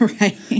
Right